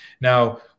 Now